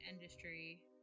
industry